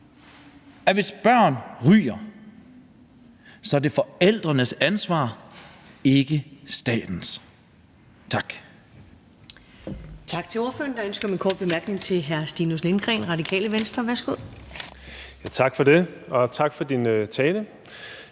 det, hvis børn ryger, er forældrenes ansvar og ikke statens. Tak.